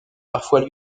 parfois